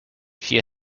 she